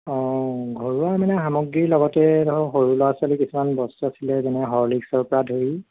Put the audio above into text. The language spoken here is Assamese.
অঁ ঘৰুৱা মানে সামগ্ৰী লগতে ধৰক সৰু ল'ৰা ছোৱালী কিছুমান বস্তু আছিলে যেনে হৰ্লিকছৰ পৰা ধৰি